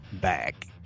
back